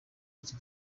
iki